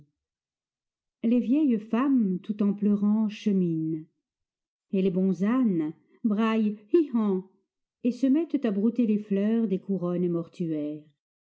les vieilles femmes tout en pleurant cheminent et les bons ânes braillent hi han et se mettent à brouter les fleurs des couronnes mortuaires